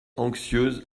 anxieuse